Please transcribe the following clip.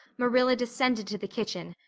marilla descended to the kitchen,